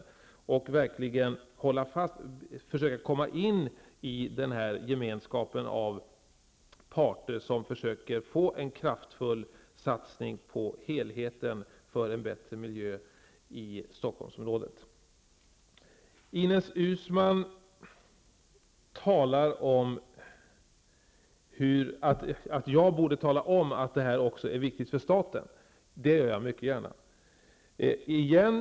Det gäller verkligen att försöka komma in i den här gemenskapen av parter som försöker få en kraftfull satsning på helheten för att åstadkomma en bättre miljö i Ines Uusmann säger att jag borde tala om att det här är viktigt också för staten, och det gör jag mycket gärna återigen.